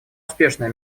успешное